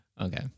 okay